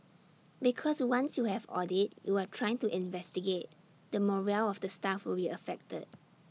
because once you have audit you are trying to investigate the morale of the staff will be affected